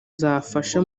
zafasha